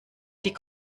die